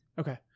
Okay